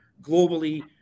globally